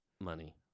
money